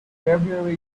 february